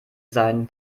sein